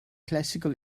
classical